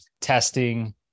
testing